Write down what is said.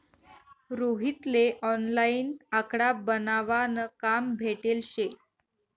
रोहित ले ऑनलाईन आकडा बनावा न काम भेटेल शे